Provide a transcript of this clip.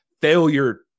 failure